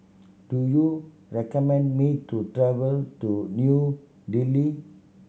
do you recommend me to travel to New Delhi